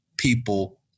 people